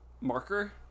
Marker